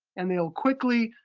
and they'll quickly